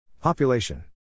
Population